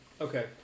Okay